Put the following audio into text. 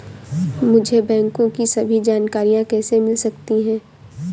मुझे बैंकों की सभी जानकारियाँ कैसे मिल सकती हैं?